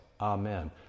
Amen